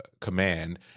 command